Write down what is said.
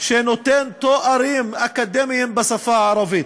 שנותן תארים אקדמיים בשפה הערבית.